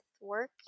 work